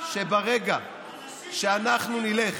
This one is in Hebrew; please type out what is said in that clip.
שברגע שאנחנו נלך